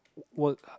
work hard